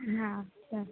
हां चल्